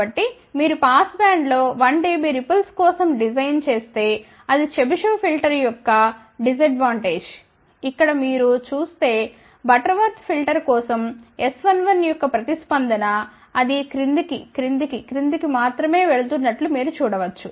కాబట్టి మీరు పాస్బ్యాండ్లో 1 డిబి రిపుల్స్ కోసం డిజైన్ చేస్తే అది చెబిషెవ్ ఫిల్టర్ యొక్క ప్రతికూలతఇక్కడ మీరు చూస్తేబటర్వర్త్ ఫిల్టర్ కోసం S11 యొక్క ప్రతిస్పందన అది క్రింది కి క్రింది కి క్రింది కి మాత్రమే వెళుతున్నట్లు మీరు చూడ వచ్చు